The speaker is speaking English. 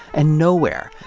and nowhere,